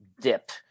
dip